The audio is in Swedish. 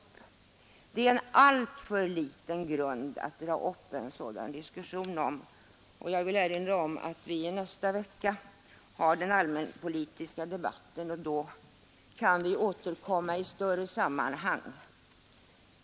Det är en alltför liten grund att bygga en sådan diskussion på. Jag vill erinra om att vi i nästa vecka har den allmänna politiska debatten. Då kan vi återkomma i större sammanhang.